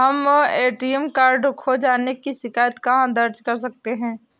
हम ATM card खो जाने की शिकायत कहाँ दर्ज कर सकते हैं?